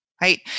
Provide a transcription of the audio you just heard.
Right